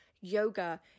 Yoga